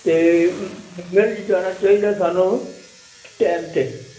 ਅਤੇ ਮਿਲ ਜਾਣਾ ਚਾਹੀਦਾ ਸਾਨੂੰ ਟਾਈਮ 'ਤੇ